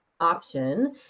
option